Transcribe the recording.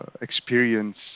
experience